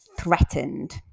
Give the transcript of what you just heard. threatened